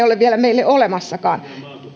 ole vielä meille olemassakaan